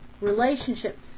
Relationships